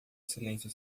silêncio